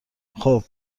خوب